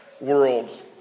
world